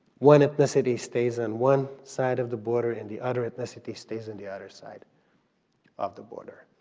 one ethnicity stays on one side of the border, and the other ethnicity stays on the other side of the border.